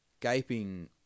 gaping